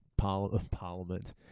Parliament